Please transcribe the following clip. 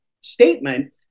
statement